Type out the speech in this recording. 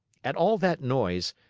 at all that noise,